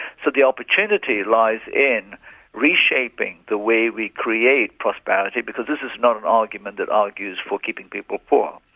so the opportunity lies in reshaping the way we create prosperity because this is not an argument that argues for keeping people poor.